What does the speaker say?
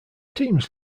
teams